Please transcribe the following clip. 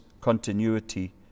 continuity